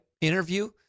interview